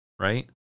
right